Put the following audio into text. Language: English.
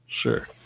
Sure